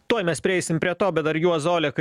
tuoj mes prieisim prie to bet dar juozą oleką